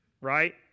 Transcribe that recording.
right